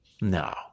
No